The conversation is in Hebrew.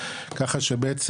ככה שבעצם,